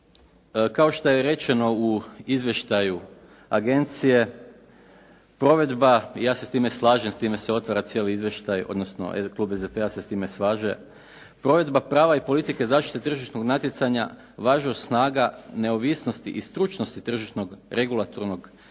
SDP-a se s time slaže, provedba prava i politika zaštite tržišnog natjecanja, važnost snaga neovisnosti i stručnosti tržišnog regulatornog